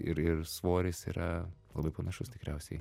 ir ir svoris yra labai panašus tikriausiai